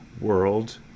world